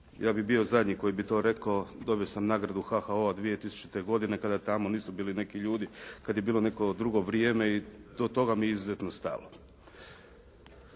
Ja bih bio zadnji koji sam to rekao. Dobio sam nagradu HHO-a 2000. godine kada tamo nisu bili neki ljudi, kad je bilo neko drugo vrijeme i do toga mi je izuzetno stalo.